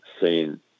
seen